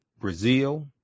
Brazil